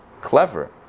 clever